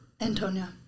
Antonia